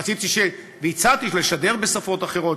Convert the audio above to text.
רציתי והצעתי לשדר בשפות אחרות.